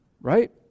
Right